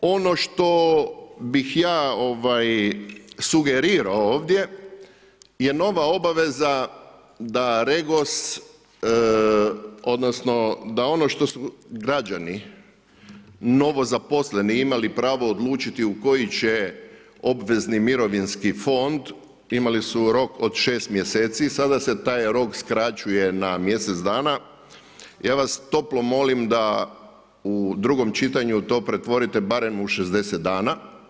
Ono što bih ja sugerirao ovdje je nova obaveza da REGOS odnosno da ono što su građani novozaposleni imali pravo odlučiti u koji će obvezni mirovinski fond, imali su rok od 6 mjeseci, sada se taj rok skraćuje na mjesec dana, ja vas toplo molim da u drugom čitanju to pretvorite barem u 60 dana.